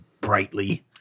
brightly